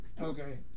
Okay